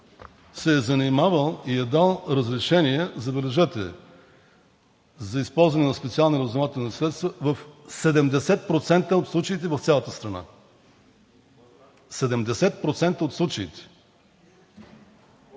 се е занимавал и е дал разрешения, забележете, за използване на специални разузнавателни средства в 70% от случаите в цялата страна. 70% от случаите!